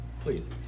Please